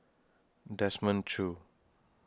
Desmond Choo